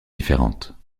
différentes